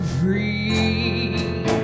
free